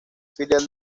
filial